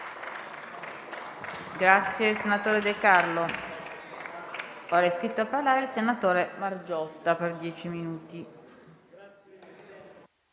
Grazie